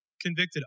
convicted